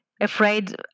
Afraid